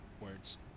words